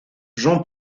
jean